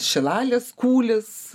šilalės kūlis